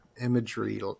imagery